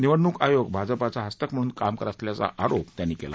निवडणूक आयोग भाजपाचा हस्तक म्हणून काम करत असल्याचा आरोप त्यांनी केला